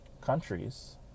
countries